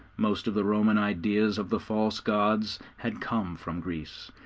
most of the roman ideas of the false gods had come from greece.